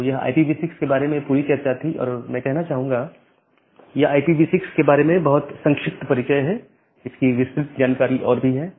तो यह IPv6 के बारे में पूरी चर्चा थी और मैं कहूंगा यह IPv6 के बारे में बहुत संक्षिप्त परिचय है इसकी विस्तृत जानकारी और भी है